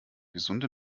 gesunde